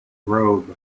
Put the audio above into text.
robe